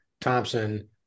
Thompson